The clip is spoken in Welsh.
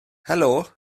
helo